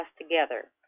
together